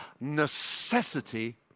necessity